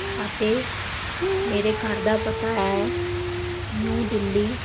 ਅਤੇ ਮੇਰੇ ਘਰ ਦਾ ਪਤਾ ਹੈ ਨਿਊ ਦਿੱਲੀ